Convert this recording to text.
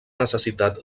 necessitat